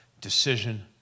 Decision